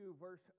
verse